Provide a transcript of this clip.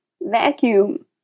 Vacuum